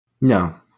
No